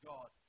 God